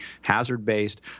hazard-based